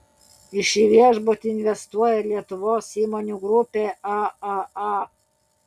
į šį viešbutį investuoja ir lietuvos įmonių grupė aaa